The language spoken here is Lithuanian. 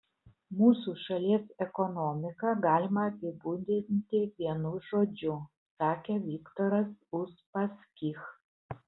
mūsų šalies ekonomiką galima apibūdinti vienu žodžiu sakė viktoras uspaskich